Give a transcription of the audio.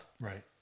Right